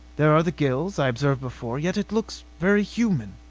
there are the gills i observed before. yet it looks very human.